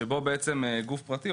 שבו בעצם גוף פרטי,